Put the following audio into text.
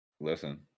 Listen